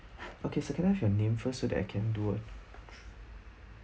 okay sir can have your name first so that I can do a